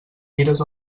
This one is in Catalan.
mires